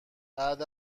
بعد